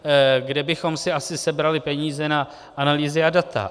Kde bychom si asi sebrali peníze na analýzy a data?